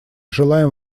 желаем